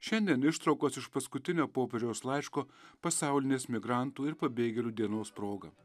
šiandien ištraukos iš paskutinio popiežiaus laiško pasaulinės migrantų ir pabėgėlių dienos proga